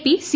P C